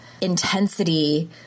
intensity